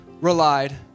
relied